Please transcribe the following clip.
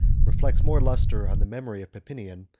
reflects more lustre on the memory of papinian,